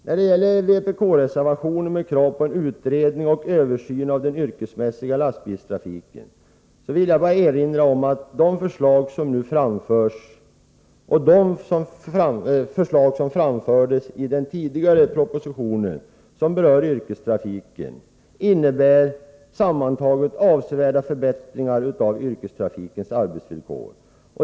När det gäller vpk-reservationen med krav på en utredning och översyn av den yrkesmässiga lastbilstrafiken vill jag bara erinra om att de förslag som nu framförs och de förslag som framfördes i den tidigare propositionen, vilka berör yrkestrafiken, sammantaget innebär avsevärda förbättringar av yrkestrafikens arbetsvillkor.